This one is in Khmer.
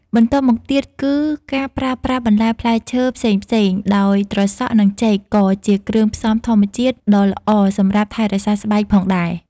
បន្ទាប់មកទៀតគឺ ការប្រើប្រាស់បន្លែផ្លែឈើផ្សេងៗ ដោយត្រសក់ និង ចេក ក៏ជាគ្រឿងផ្សំធម្មជាតិដ៏ល្អសម្រាប់ថែរក្សាស្បែកផងដែរ។